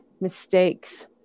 mistakes